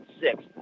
six